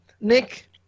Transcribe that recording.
Nick